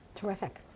Terrific